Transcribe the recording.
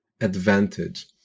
advantage